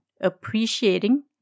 Appreciating